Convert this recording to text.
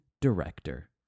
director